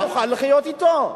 שנוכל לחיות אתו.